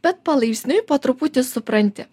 bet palaipsniui po truputį supranti